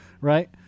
right